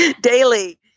Daily